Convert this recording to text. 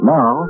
Now